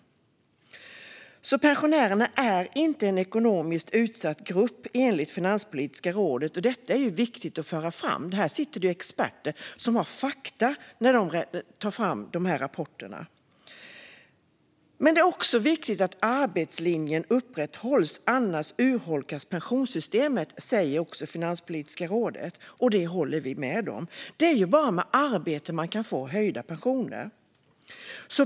Pensionärerna är inte en ekonomiskt utsatt grupp enligt Finanspolitiska rådet. Detta är viktigt att föra fram. I rådet sitter experter som har fakta när de tar fram sina rapporter. Det är också viktigt att arbetslinjen upprätthålls. Annars urholkas pensionssystemet. Det säger också Finanspolitiska rådet, och det håller vi med om. Det är bara med arbete man kan få höjda pensioner.